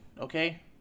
okay